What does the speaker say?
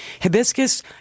Hibiscus